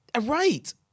Right